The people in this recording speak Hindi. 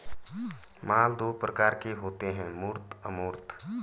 माल दो प्रकार के होते है मूर्त अमूर्त